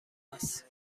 است